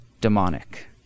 demonic